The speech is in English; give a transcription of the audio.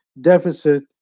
deficit